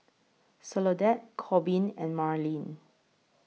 Soledad Korbin and Marlin